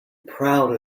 proud